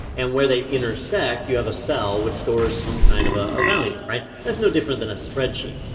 and where they intersect, you have a cell which stores some kind of ah a value, right. that's no different than a spread sheet.